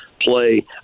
play